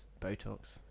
Botox